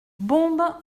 bombe